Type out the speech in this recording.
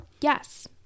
yes